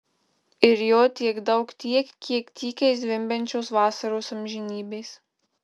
ir jo tiek daug tiek kiek tykiai zvimbiančios vasaros amžinybės